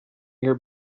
your